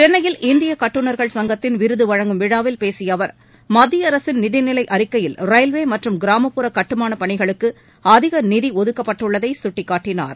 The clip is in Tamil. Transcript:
சென்னையில் இந்திய கட்டுநா்கள் சங்கத்தின் விருது வழங்கும் விழாவில் பேசிய அவர் மத்திய அரசின் நிதிநிலை அறிக்கையில் ரயில்வே மற்றும் கிராமப்புற கட்டுமாளப் பணிகளுக்கு அதிக நிதி ஒதுக்கப்பட்டுள்ளதை சுட்டிக்காட்டினார்